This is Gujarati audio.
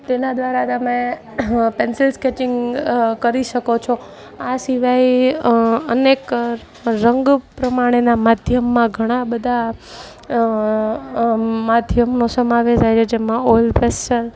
તેના દ્વારા તમે પેન્સિલ સ્કેચિંગ કરી શકો છો આ સિવાય અનેક રંગ પ્રમાણેના માધ્યમમાં ઘણાબધા માધ્યમનો સમાવેશ થાય છે જેમાં ઓઇલ પેસયલ